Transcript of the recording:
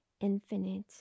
infinite